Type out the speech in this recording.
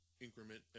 increment